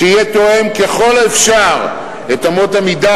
שיהיה תואם ככל האפשר את אמות המידה